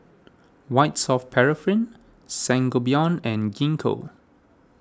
White Soft Paraffin Sangobion and Gingko